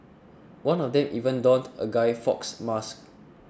one of them even donned a Guy Fawkes mask